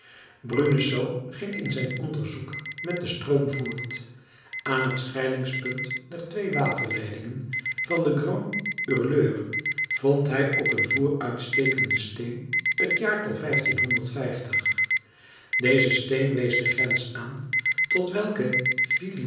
bruneseau ging in zijn onderzoek met den stroom voort aan het scheidingspunt der twee waterleidingen van den grand hurleur vond hij op een vooruitstekenden steen het jaartal deze steen wees de grens aan tot welken